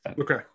Okay